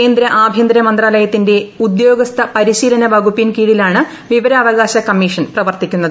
കേന്ദ്ര ആഭ്യന്തരമന്ത്രാലയത്തിന്റെ ഉദ്യോഗസ്ഥ പരിശീലന വകുപ്പിൻ കീഴിലാണ് വിവരാവകാശ കമ്മീഷൻ പ്രവർത്തിക്കുന്നത്